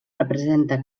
representa